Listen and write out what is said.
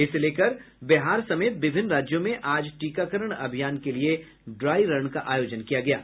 इसे लेकर बिहार समेत विभिन्न राज्यों में आज टीकाकरण अभियान के लिये ड्राई रन का आयोजन किया गया है